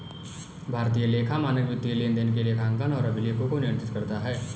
भारतीय लेखा मानक वित्तीय लेनदेन के लेखांकन और अभिलेखों को नियंत्रित करता है